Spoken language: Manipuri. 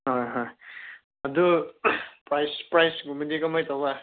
ꯍꯣꯏ ꯍꯣꯏ ꯑꯗꯨ ꯄ꯭ꯔꯥꯏꯖ ꯄ꯭ꯔꯥꯏꯖ ꯀꯨꯝꯕꯗꯤ ꯀꯃꯥꯏ ꯇꯧꯕ